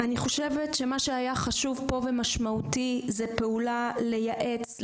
אני חושבת שמה שהיה חשוב פה ומשמעותי זה פעולה לייעץ,